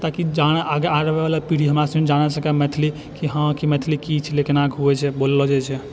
ताकि जाने आगेवला पीढ़ी हमरा सबके जानए सकै मैथिली की हँ मैथिली की छलै कोना की होइ छै बोललऽ जाइ छै